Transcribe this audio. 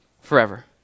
forever